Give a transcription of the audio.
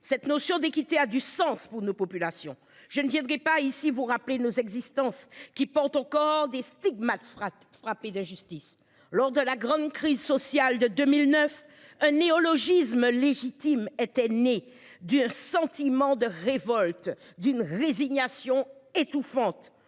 cette notion d'équité a du sens pour nos populations. Je ne viendrai pas ici vous rappeler nos existences qui porte encore des stigmates Frath frappée d'injustice lors de la grande crise sociale de 2009 un néologisme légitime était née du sentiment de révolte d'une résignation étouffante.